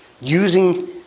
using